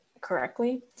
correctly